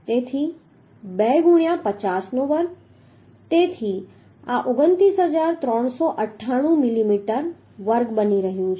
તેથી 2 ગુણ્યા 50નો વર્ગ તેથી આ 29398 મિલીમીટર વર્ગ બની રહ્યું છે